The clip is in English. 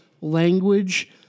language